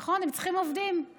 נכון, הם צריכים עובדים.